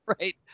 right